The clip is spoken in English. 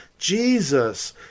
Jesus